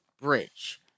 bridge